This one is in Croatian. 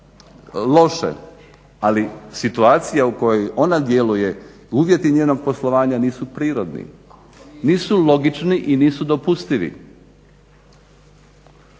loše ali situacija u kojoj ona djeluje i uvjeti njenog poslovanja nisu prirodni, nisu logični i nisu dopustivi.